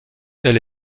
elle